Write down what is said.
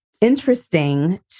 interesting